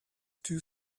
too